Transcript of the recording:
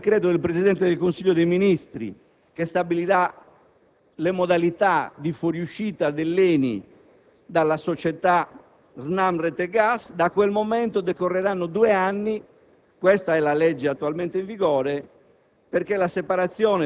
occorre un decreto del Presidente del Consiglio dei ministri, che fisserà le modalità di fuoriuscita dell'ENI dalla SNAM Rete Gas, e da quel momento decorreranno due anni - questa è la legge attualmente in vigore